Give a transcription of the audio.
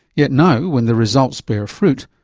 yet now, when the results bear fruit,